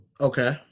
Okay